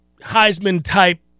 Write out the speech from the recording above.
Heisman-type